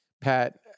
Pat